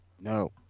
No